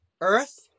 Earth